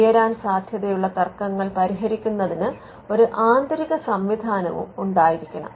ഉയരാൻ സാധ്യതയുള്ള തർക്കങ്ങൾ പരിഹരിക്കുന്നതിന് ഒരു ആന്തരിക സംവിധാനവും ഉണ്ടായിരിക്കണം